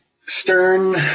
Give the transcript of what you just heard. Stern